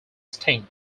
extinct